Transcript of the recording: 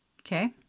Okay